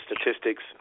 statistics